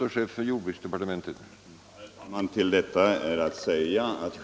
Herr talman!